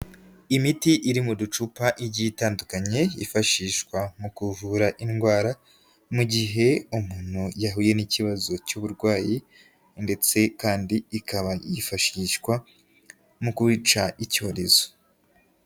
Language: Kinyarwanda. Imiti iri mu ducupa igiye itandukanye yifashishwa mu kuvura indwara, mu gihe umuntu yahuye n'ikibazo cy'uburwayi ndetse kandi ikaba yifashishwa mu kwica icyorezo.